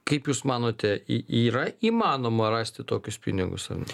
kaip jūs manote y yra įmanoma rasti tokius pinigus ar ne